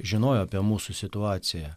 žinojo apie mūsų situaciją